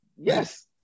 Yes